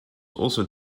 also